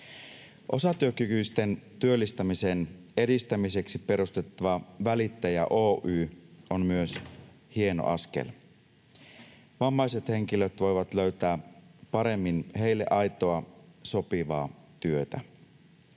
Osatyökykyisten työllistämisen edistämiseksi perustettava Välittäjä Oy on myös hieno askel. Vammaiset henkilöt voivat löytää paremmin heille aitoa, sopivaa työtä.